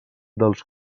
dels